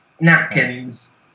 napkins